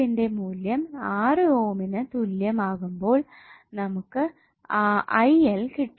ന്റെ മൂല്യം 6 ഓമിന് തുല്യമാകുമ്പോൾ നമുക്ക് കിട്ടും